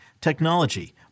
technology